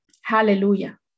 Hallelujah